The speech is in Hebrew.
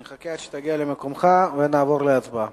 אני אחכה עד שתגיע למקומך ונעבור להצבעה.